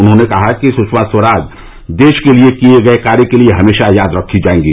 उन्होंने कहा है कि सुषमा स्वराज देश के लिए किए गये कार्य के लिए हमेशा याद रखी जायेगी